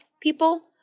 people